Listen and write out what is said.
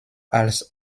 als